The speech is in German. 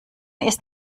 ist